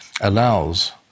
allows